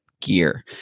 gear